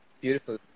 beautiful